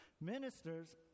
Ministers